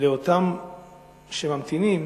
לאותם שממתינים?